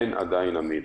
אין עדיין אמינים.